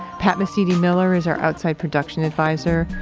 pat mesiti miller is our outside production advisor.